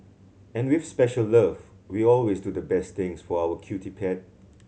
and with special love we always do the best things for our cutie pet